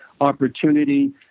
opportunity